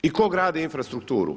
I tko gradi infrastrukturu.